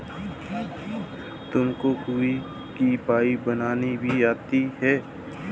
तुमको कद्दू की पाई बनानी भी आती है?